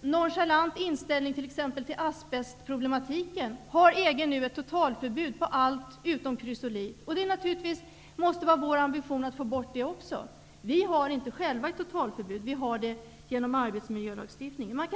nonchalant inställning till t.ex. asbestproblematiken har EG nu ett totalförbud för allt utom krysolit. Det måste naturligtvis vara vår ambition att få bort det också. Vi har inte själva ett totalförbud. Vi har det genom arbetsmiljölagstiftningen.